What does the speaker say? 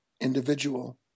individual